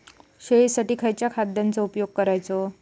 शेळीसाठी खयच्या खाद्यांचो उपयोग करायचो?